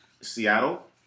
seattle